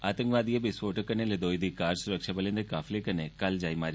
आतंकवादियें विस्फोटक कन्नै लदौई दी कार सुरक्षाबले दे काफिले कन्नै जाई मारी